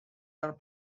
are